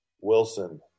Wilson